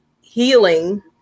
healing